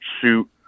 shoot